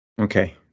Okay